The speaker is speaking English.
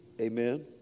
Amen